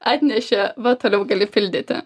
atnešė va toliau gali pildyti